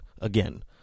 again